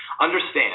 Understand